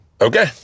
okay